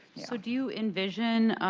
so do you envision,